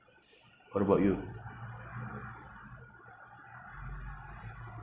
what about you